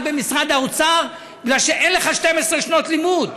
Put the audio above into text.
במשרד האוצר מפני שאין לך 12 שנות לימוד.